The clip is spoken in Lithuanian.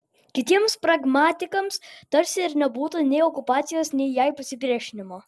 kitiems pragmatikams tarsi ir nebūta nei okupacijos nei jai pasipriešinimo